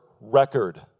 record